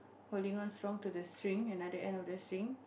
holding on strong to the string another end of the string